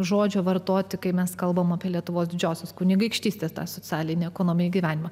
žodžio vartoti kai mes kalbame apie lietuvos didžiosios kunigaikštystės socialinį ekonominį gyvenimą